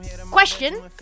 Question